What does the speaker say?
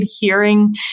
hearing